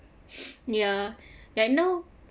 ya right now